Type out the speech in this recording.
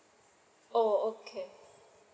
oh okay